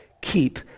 keep